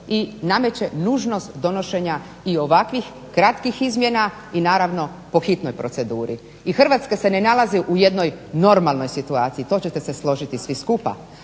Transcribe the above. i nameće nužnost donošenja i ovakvih kratkih izmjena i naravno po hitnoj proceduri. I Hrvatska se ne nalazi u jednoj normalnoj situaciji, to ćete se složiti svi skupa